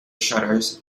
shutters